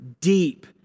deep